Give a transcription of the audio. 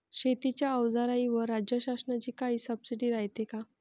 शेतीच्या अवजाराईवर राज्य शासनाची काई सबसीडी रायते का?